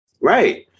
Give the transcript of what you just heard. Right